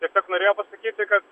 tiesiog norėjau pasakyti kad